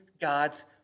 God's